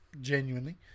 genuinely